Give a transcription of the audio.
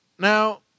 Now